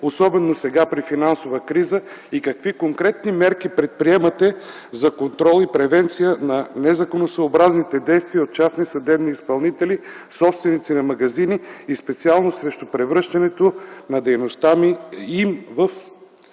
особено сега – при финансовата криза, и какви конкретни мерки предприемате за контрол и превенция на незаконосъобразните действия от частни съдебни изпълнители, собственици на магазини, и специално срещу превръщането на дейността им